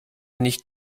nicht